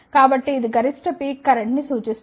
కాబట్టి ఇది గరిష్ట పీక్ కరెంట్ ని సూచిస్తుంది